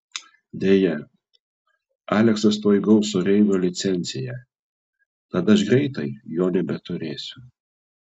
deja aleksas tuoj gaus oreivio licenciją tad aš greitai jo nebeturėsiu